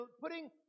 putting